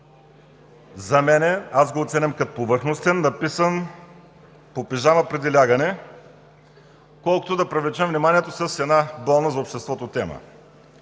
За мен, аз го оценявам като повърхностен, написан по пижама преди лягане, колкото да привлече вниманието с една болна за обществото тема.